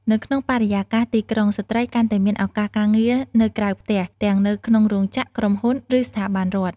នៅក្នុងបរិយាកាសទីក្រុង ស្ត្រីកាន់តែមានឱកាសការងារនៅក្រៅផ្ទះ ទាំងនៅក្នុងរោងចក្រ ក្រុមហ៊ុន ឬស្ថាប័នរដ្ឋ។